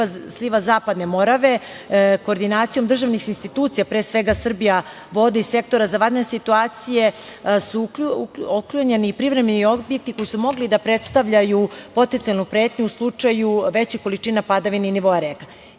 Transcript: Zapadne Morave, koordinacijom državnih institucija, pre svega „Srbijavode“ i Sektora za vanredne situacije su otklonjeni privremeni objekti koji su mogli da predstavljaju potencijalnu pretnju u slučaju većih količina padavina i nivoa reka. Na